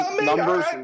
numbers